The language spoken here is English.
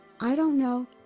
i don't know.